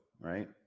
right